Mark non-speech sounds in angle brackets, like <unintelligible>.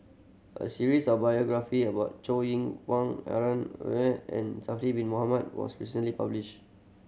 a series of biography about Chow Yian <unintelligible> Harun <unintelligible> and Zulkifli Bin Mohamed was recently publish